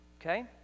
Okay